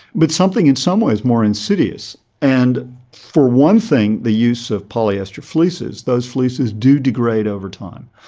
but something in some ways more insidious. and for one thing, the use of polyester fleeces, those fleeces do degrade over time.